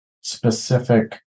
specific